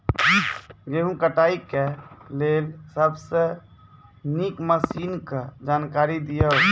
गेहूँ कटाई के लेल सबसे नीक मसीनऽक जानकारी दियो?